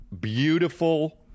beautiful